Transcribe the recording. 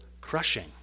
crushing